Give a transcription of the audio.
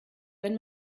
wenn